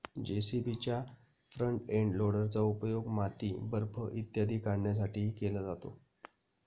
जे.सी.बीच्या front end लोडरचा उपयोग माती, बर्फ इत्यादी काढण्यासाठीही केला जातो